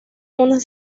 unas